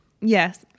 Yes